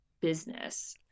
business